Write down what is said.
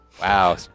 Wow